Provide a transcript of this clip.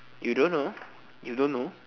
you don't know you don't know